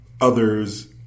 others